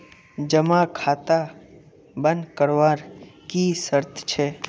जमा खाता बन करवार की शर्त छे?